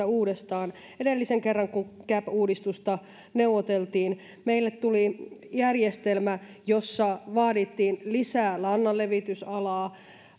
uudestaan edellisen kerran kun cap uudistusta neuvoteltiin meille tuli järjestelmä jossa vaadittiin lisää lannanlevitysalaa